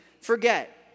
forget